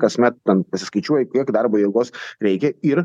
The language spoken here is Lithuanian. kasmet ten pasiskaičiuoji kiek darbo jėgos reikia ir